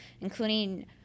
including